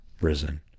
risen